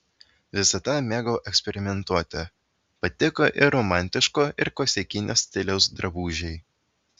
visada mėgau eksperimentuoti patiko ir romantiško ir klasikinio stiliaus drabužiai